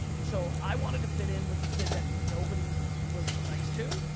so i wanted to fit in with the kid that nobody was nice to,